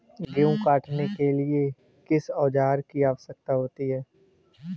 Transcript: गेहूँ काटने के लिए किस औजार की आवश्यकता होती है?